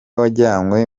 wajyanwe